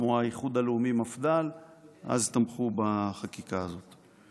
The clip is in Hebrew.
כמו האיחוד הלאומי מפד"ל תמכו אז בחקיקה הזאת.